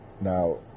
Now